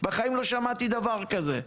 בחיים לא שמעתי דבר כזה.